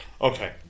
Okay